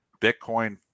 Bitcoin